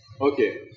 okay